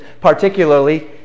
particularly